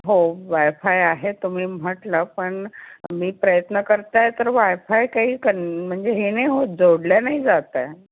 हो वायफाय आहे तुम्ही म्हटलं पण मी प्रयत्न करत आहे तर वायफाय काही कन म्हणजे हे नाही होत जोडलं नाही जात आहे